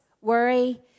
worry